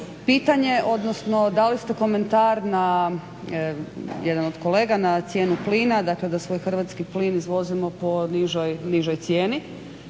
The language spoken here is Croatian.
pitanje, odnosno dali ste komentar na, jedan od kolega, na cijenu plina, dakle da svoj hrvatski plin izvozimo po nižoj cijeni.